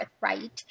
right